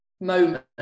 moment